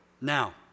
Now